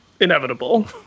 Inevitable